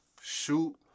shoot